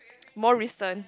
more recent